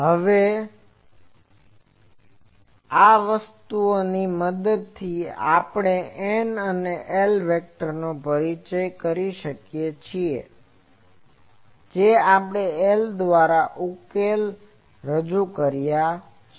હવે આ વસ્તુની મદદથી આપણે તે N અને L વેક્ટરનો પરિચય કરી શકીએ કે જે આપણે આ L દ્વારા ઉકેલોથી રજૂ કર્યા છે